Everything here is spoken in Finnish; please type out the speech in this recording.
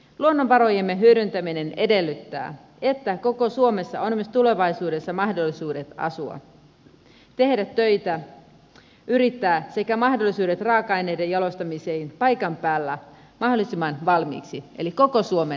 luonnonvarojemme hyödyntäminen edellyttää että koko suomessa on myös tulevaisuudessa mahdollisuudet asua tehdä töitä yrittää sekä mahdollisuudet raaka aineiden jalostamiseen paikan päällä mahdollisimman valmiiksi eli koko suomen alueella